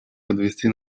подвести